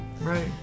Right